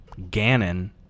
Ganon